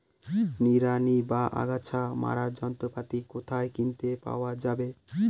নিড়ানি বা আগাছা মারার যন্ত্রপাতি কোথায় কিনতে পাওয়া যাবে?